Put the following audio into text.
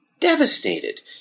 devastated